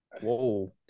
Whoa